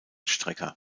strecker